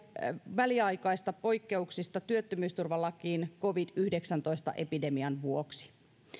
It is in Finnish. väliaikaisista poikkeuksista työttömyysturvalakiin covid yhdeksäntoista epidemian vuoksi